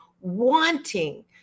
wanting